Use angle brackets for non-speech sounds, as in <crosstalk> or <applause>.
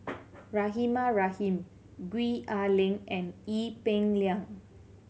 <noise> Rahimah Rahim Gwee Ah Leng and Ee Peng Liang